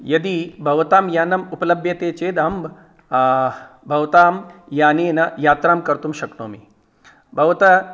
यदि भवतां यानं उपलभ्यते चेद् अहं भवतां यानेन यात्रां कर्तुं शक्नोमि भवतः